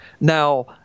Now